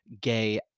gay